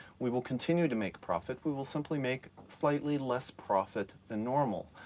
we will continue to make profit. we will simply make slightly less profit than normal.